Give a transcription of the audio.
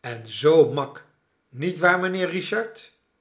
en zoo mak niet waar mijnheer richard